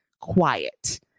quiet